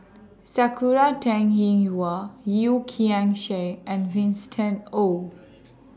Sakura Teng Ying Hua Yeo Kian Chye and Winston Oh